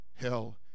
hell